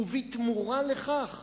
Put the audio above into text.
ובתמורה לכך